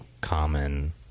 common—